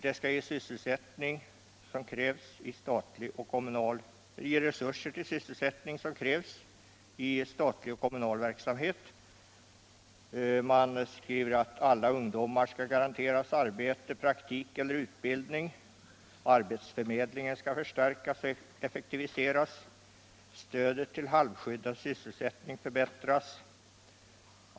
Det ger också resurser till den ökade sysselsättning som krävs i statlig och kommunal verksamhelt. Alla ungdomar skall garanteras arbete, praktik eller utbildning. Arbetsförmedlingen förstärks och effektiviseras. Stödet till halvskyddad sysselsättning förbättras.